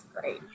great